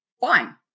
fine